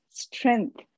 Strength